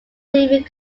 leaving